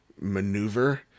maneuver